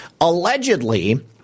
Allegedly